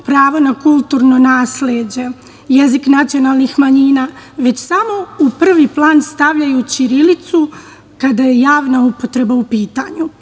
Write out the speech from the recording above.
pravo na kulturno nasleđe jezik nacionalnih manjina, već samo u prvi plan stavljaju ćirilicu kada je javna upotreba u pitanju. Nigde